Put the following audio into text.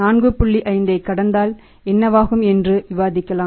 5 ஐக் கடந்தால் என்னவாகும் என்று விவாதிக்கலாம்